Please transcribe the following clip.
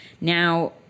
now